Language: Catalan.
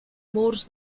murs